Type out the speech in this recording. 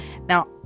now